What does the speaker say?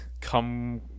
Come